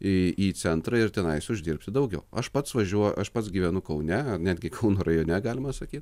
į į centrą ir tenais uždirbti daugiau aš pats važiuoju aš pats gyvenu kaune netgi kauno rajone galima sakyt